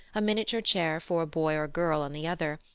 a miniature chair for a boy or girl on the other,